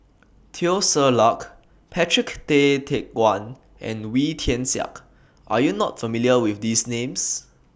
Teo Ser Luck Patrick Tay Teck Guan and Wee Tian Siak Are YOU not familiar with These Names